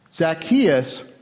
Zacchaeus